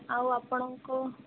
ଆଉ ଆପଣଙ୍କୁ